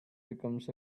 becomes